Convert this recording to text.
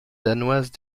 danoise